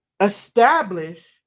establish